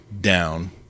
down